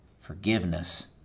forgiveness